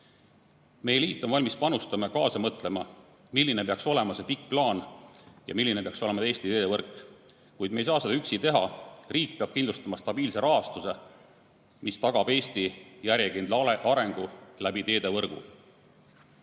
Meie liit on valmis panustama, kaasa mõtlema, milline peaks olema see pikk plaan ja milline peaks olema Eesti teevõrk. Kuid me ei saa seda üksi teha. Riik peab kindlustama stabiilse rahastuse, mis tagab Eesti järjekindla arengu teevõrgu